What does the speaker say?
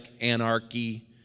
anarchy